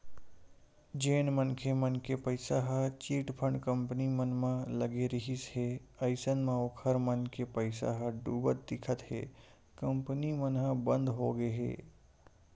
जेन मनखे मन के पइसा ह चिटफंड कंपनी मन म लगे रिहिस हे अइसन म ओखर मन के पइसा ह डुबत दिखत हे कंपनी मन ह बंद होगे हे